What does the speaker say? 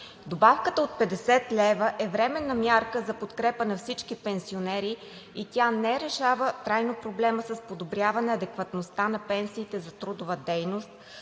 Добавката от 50 лв. е временна мярка за подкрепа на всички пенсионери и не решава трайно проблема с подобряване адекватността на пенсиите за трудовата дейност,